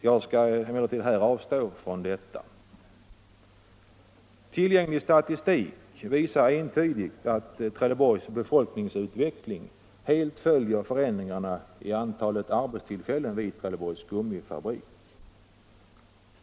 Jag skall emellertid avstå från att göra det nu. Tillgänglig statistik visar entydigt att Trelleborgs befolkningsutveckling helt följer förändringarna i antalet arbetstillfällen vid Trelleborgs Gummifabrik.